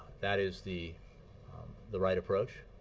that is the the right approach.